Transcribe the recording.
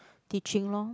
teaching lor